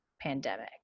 pandemic